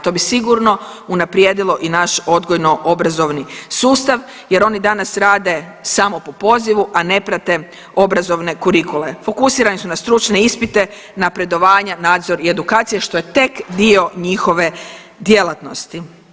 To bi sigurno unaprijedilo i naš odgojno obrazovni sustav jer oni danas rade samo po pozivu, a ne prate obrazovne kurikule, fokusirani su na stručne ispite, napredovanja, nadzor i edukacije što je tek dio njihove djelatnosti.